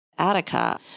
Attica